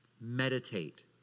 Meditate